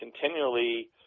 continually –